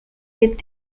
with